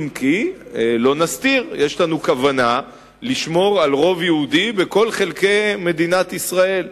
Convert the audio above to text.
אם כי לא נסתיר: יש לנו כוונה לשמור על רוב יהודי בכל חלקי מדינת ישראל.